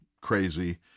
crazy